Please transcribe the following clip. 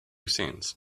cents